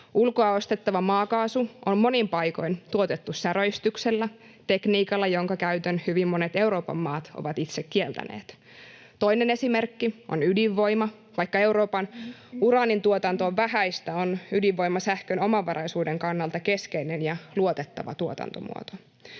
Ulkoa ostettava maakaasu on monin paikoin tuotettu särötyksellä, tekniikalla, jonka käytön hyvin monet Euroopan maat ovat itse kieltäneet. Toinen esimerkki on ydinvoima. Vaikka Euroopan uraanin tuotanto on vähäistä, on ydinvoima sähkön omavaraisuuden kannalta keskeinen ja luotettava tuotantomuoto.